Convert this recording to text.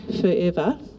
forever